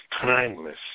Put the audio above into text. timeless